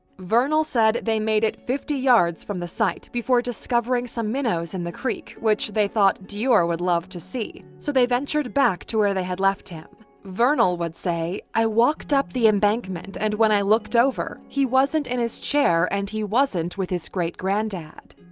vernal said they made it fifty yards from the site before discovering some minnows in the creek, which they thought deorr would love to see, so they ventured back to where they had left him. vernal would say, i walked up the embankment and when i looked over, he wasn't in his chair and he wasn't with his great-granddad.